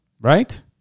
right